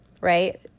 right